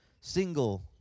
single